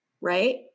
right